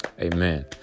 amen